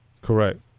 Correct